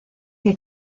que